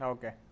Okay